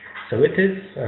so it is